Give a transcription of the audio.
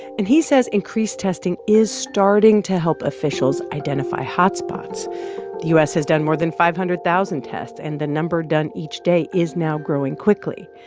and he says increased testing is starting to help officials identify hot spots has done more than five hundred thousand tests, and the number done each day is now growing quickly.